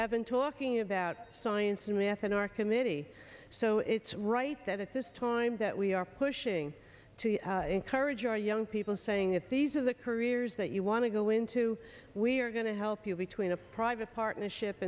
have been talking about science and math in our committee so it's right that at this time that we are pushing to encourage our young people saying if these are the careers that you want to go into we are going to help you between a private partnership